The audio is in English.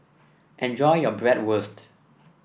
enjoy your Bratwurst